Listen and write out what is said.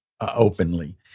openly